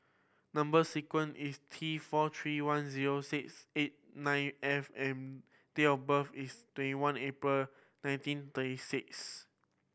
number sequence is T four three one zero six eight nine F and date of birth is twenty one April nineteen thirty six